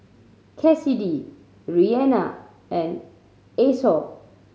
Kassidy Reanna and Esau